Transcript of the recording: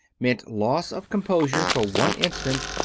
meant loss of composure for one instant,